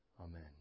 amen